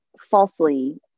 falsely